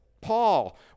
Paul